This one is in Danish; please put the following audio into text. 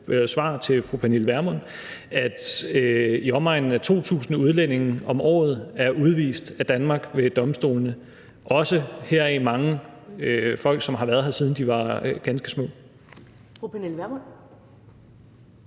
til fru Pernille Vermund, at i omegnen af to tusinde udlændinge om året er udvist af Danmark ved domstolene, herunder også mange folk, som har været her, siden de var ganske små.